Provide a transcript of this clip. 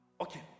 okay